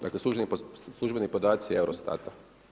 Dakle službeni podaci EUROSTAT-a.